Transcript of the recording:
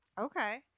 Okay